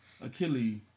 Achilles